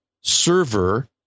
server